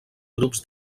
grups